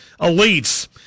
elites